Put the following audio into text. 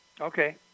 Okay